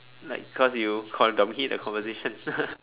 like cause you con~ dominate the conversation